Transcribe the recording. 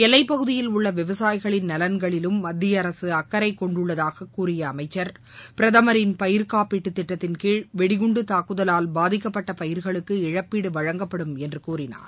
எல்லைப் பகுதியில் உள்ள விவசாயிகளின் நலன்களிலும் மத்திய அரசு அக்கறை கொண்டுள்ளதாக கூறிய அமைச்சர் பிரதமரின் பயிர்காப்பீடு திட்டத்தின் கீழ் வெடிகுண்டு தாக்குதலால் பாதிக்கப்பட்ட பயிர்களுக்கு இழப்பீடு வழங்கப்படும் என்று கூறினார்